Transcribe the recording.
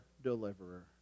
deliverer